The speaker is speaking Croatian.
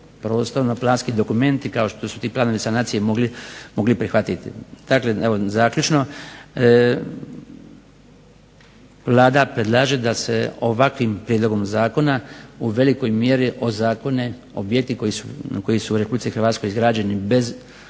prostorno-planski dokumenti kao što su ti planovi sanacije mogli prihvatiti. Dakle evo zaključno, Vlada predlaže da se ovakvim prijedlogom zakona u velikoj mjeri ozakone objekti koji su u Republici Hrvatskoj izgrađeni bez